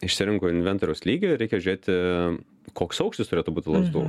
išsirenku inventoriaus lygį reikia žiūrėti koks aukštis turėtų būt lazdų